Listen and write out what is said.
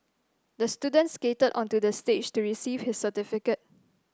the student skated onto the stage to receive his certificate